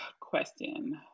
question